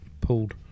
pulled